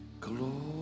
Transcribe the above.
glory